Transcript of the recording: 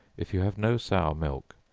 if you have no sour milk,